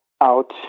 out